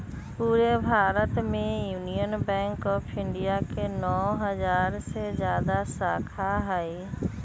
पूरे भारत में union bank of India के नौ हजार से जादा शाखा हई